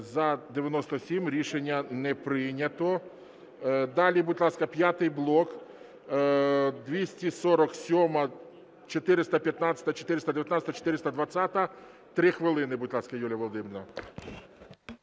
За-97 Рішення не прийнято. Далі, будь ласка, п'ятий блок: 247-а, 415-а, 419-а, 420-а. Три хвилини, будь ласка, Юлія Володимирівна.